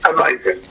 amazing